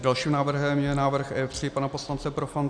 Dalším návrhem je návrh E3 pana poslance Profanta.